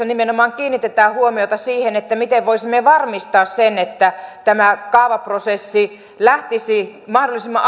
nimenomaan kiinnitetään huomiota siihen miten voisimme varmistaa sen että tämä kaavaprosessi lähtisi mahdollisimman